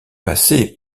passé